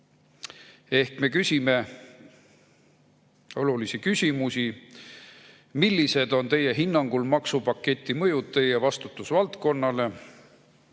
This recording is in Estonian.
me küsime olulisi küsimusi. Millised on teie hinnangul maksupaketi mõjud teie vastutusvaldkonnale?